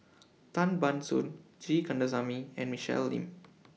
Tan Ban Soon G Kandasamy and Michelle Lim